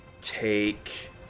take